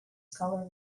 scholarly